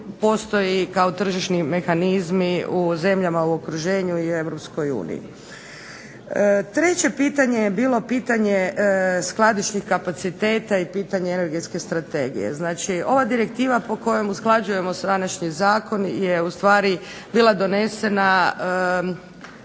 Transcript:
postoji kao tržišni mehanizmi u zemljama u okruženju i Europskoj uniji. Treće pitanje je bilo pitanje skladišnih kapaciteta, i pitanje energetske strategije. Znači, ova direktiva s kojom usklađujemo sadašnji Zakon je ustvari bila donesena